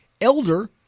Elder